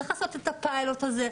צריך לעשות את הפיילוט הזה.